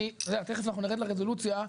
תיכף נרד לרזולוציה,